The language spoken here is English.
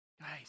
Guys